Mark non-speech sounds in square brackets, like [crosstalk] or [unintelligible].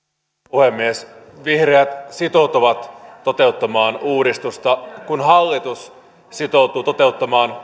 puhemies vihreät sitoutuvat toteuttamaan uudistusta kun hallitus sitoutuu toteuttamaan [unintelligible]